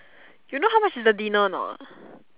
you know how much is the dinner or not